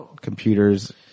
computers